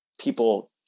people